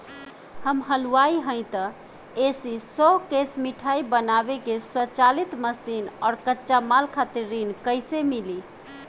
हम हलुवाई हईं त ए.सी शो कैशमिठाई बनावे के स्वचालित मशीन और कच्चा माल खातिर ऋण कइसे मिली?